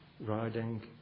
riding